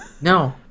No